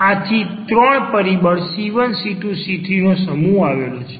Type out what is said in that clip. આથી અહીં 3 પરિબળ c1c2c3 નો સમૂહ આવેલ છે